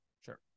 Sure